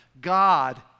God